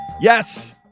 Yes